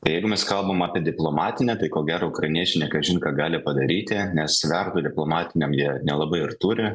tai jeigu mes kalbam apie diplomatinę tai ko gero ukrainiečiai ne kažin ką gali padaryti nes svertų diplomatiniam jie nelabai ir turi